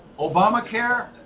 Obamacare